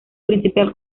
principal